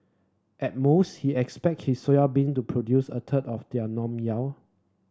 at most he expect his soybean to produce a third of their normal yield